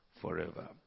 forever